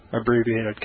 abbreviated